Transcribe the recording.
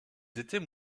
étaient